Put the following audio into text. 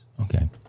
Okay